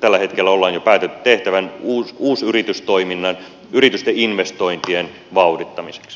tällä hetkellä on jo päätetty tehtävän uusyritystoiminnan ja yritysten investointien vauhdittamiseksi